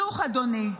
אדוני.